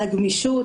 על הגמישות,